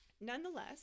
Nonetheless